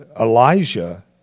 Elijah